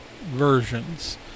versions